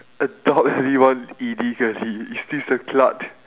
adopt anyone illegally is this a cult